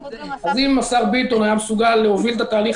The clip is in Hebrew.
אם השר ביטון היה מסוגל להוביל את התהליך